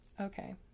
Okay